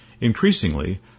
Increasingly